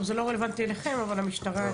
טוב, זה לא רלוונטי אליכם אבל המשטרה תתייחס.